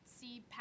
see